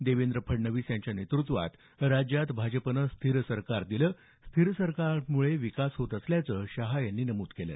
देवेंद्र फडणवीस यांच्या नेतृत्वात राज्यात भाजपनं स्थिर सरकार दिलं स्थिर सरकारमुळे विकास होत असल्याचं शहा यांनी नमूद केलं